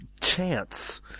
chance